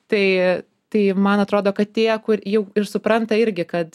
tai tai man atrodo kad tie kur jau ir supranta irgi kad